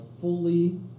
fully